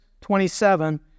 27